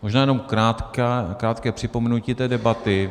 Možná jenom krátké připomenutí té debaty.